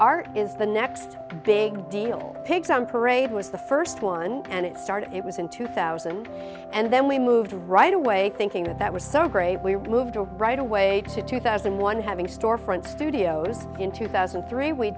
art is the next big deal pigs on parade was the first one and it started it was in two thousand and then we moved right away thinking that that was so great we moved right away to two thousand and one having store front studios in two thousand and three we